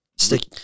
stick